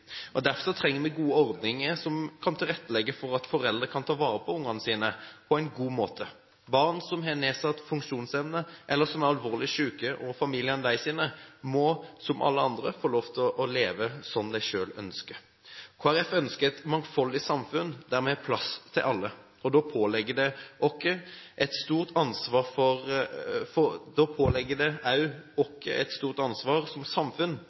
viktig. Derfor trenger vi gode ordninger som kan tilrettelegge for at foreldre kan ta vare på barna sine på en god måte. Barn som har nedsatt funksjonsevne, eller som er alvorlig syke, og deres familier, må som alle andre få lov til å leve slik de selv ønsker. Kristelig Folkeparti ønsker et mangfoldig samfunn der vi har plass til alle. Da påligger det oss også et stort ansvar som samfunn